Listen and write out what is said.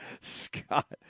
Scott